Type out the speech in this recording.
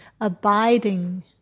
abiding